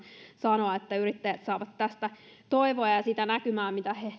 sanoa että yrittäjät saavat tästä toivoa ja ja sitä näkymää mitä he